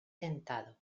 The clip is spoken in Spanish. dentado